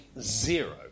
zero